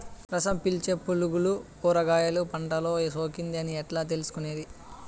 రసం పీల్చే పులుగులు కూరగాయలు పంటలో సోకింది అని ఎట్లా తెలుసుకునేది?